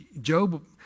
Job